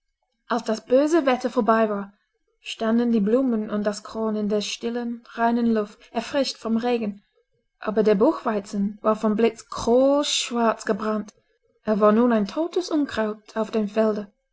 als das böse wetter vorbei war standen die blumen und das korn in der stillen reinen luft erfrischt vom regen aber der buchweizen war vom blitz kohlschwarz gebrannt er war nun ein totes unkraut auf dem felde